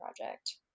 project